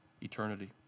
eternity